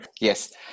Yes